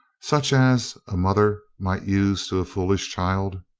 such as a mother might use to a foolish child.